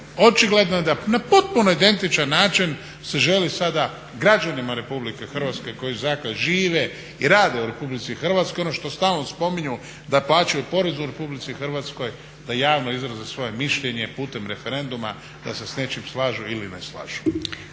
očigledno je da na potpuno identičan način se želi sada građanima RH koji dakle žive i rade u RH, ono što stalno spominju da plaćaju porez u RH da javno izraze svoje mišljenje putem referenduma da se s nečim slažu ili ne slažu.